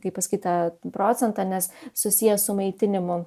kai pasakyt tą procentą nes susiję su maitinimu